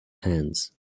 hands